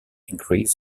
increase